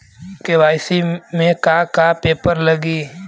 KYC में का का पेपर लगी?